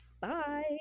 bye